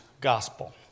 Gospel